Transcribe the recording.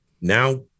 now